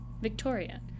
Victoria